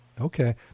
Okay